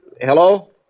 Hello